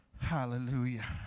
Hallelujah